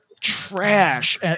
trash